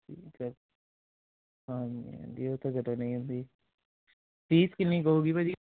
ਠੀਕ ਹੈ ਹਾਂਜੀ ਹਾਂਜੀ ਉਹ ਤਾਂ ਚਲੋ ਨਹੀਂ ਹੁੰਦੀ ਫ਼ੀਸ ਕਿੰਨੀ ਕੁ ਹੋਊਗੀ ਭਾਅ ਜੀ